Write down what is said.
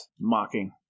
mocking